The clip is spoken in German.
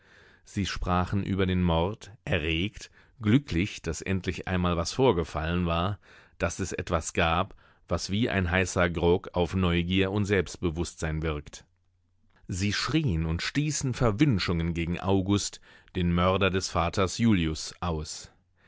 sie sprachen über den mord erregt glücklich daß endlich einmal was vorgefallen war daß es etwas gab was wie ein heißer grog auf neugier und selbstbewußtsein wirkt sie schrien und stießen verwünschungen gegen august den mörder des vaters julius aus